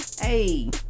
hey